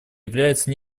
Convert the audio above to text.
являются